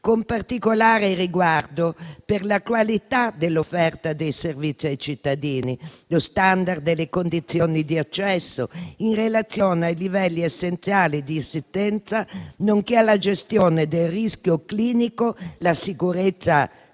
con particolare riguardo per la qualità dell'offerta dei servizi ai cittadini, lo *standard* delle condizioni di accesso in relazione ai livelli essenziali di assistenza, nonché alla gestione del rischio clinico, la sicurezza delle